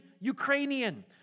Ukrainian